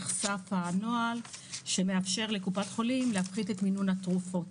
נחשף הנוהל שמאפשר לקופת חולים להפחית את מינון התרופות